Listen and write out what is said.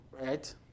right